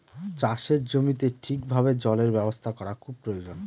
চাষের জমিতে ঠিক ভাবে জলের ব্যবস্থা করা খুব প্রয়োজন